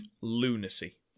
lunacy